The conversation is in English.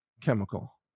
chemical